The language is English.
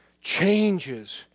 changes